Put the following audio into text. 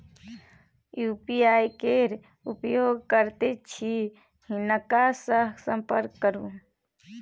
UPI केर उपयोग करैत छी हिनका सँ संपर्क करु